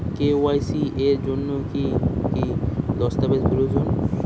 KYC এর জন্যে কি কি দস্তাবেজ প্রয়োজন?